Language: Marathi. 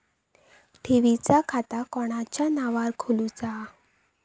ठेवीचा खाता कोणाच्या नावार खोलूचा?